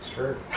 Sure